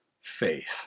faith